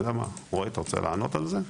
רועי, אתה רוצה לענות על זה?